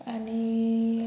आनी